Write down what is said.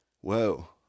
Whoa